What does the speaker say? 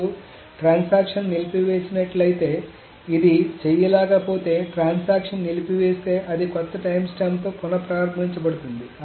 ఇప్పుడు ట్రాన్సాక్షన్ నిలిపివేసినట్లయితే ఇది చేయలేకపోతే ట్రాన్సాక్షన్ నిలిపివేస్తే అది కొత్త టైమ్స్టాంప్తో పునః ప్రారంభించబడుతుంది